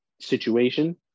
situation